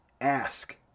ask